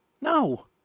no